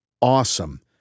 awesome